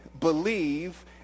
believe